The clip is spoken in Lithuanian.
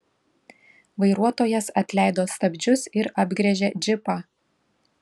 vairuotojas atleido stabdžius ir apgręžė džipą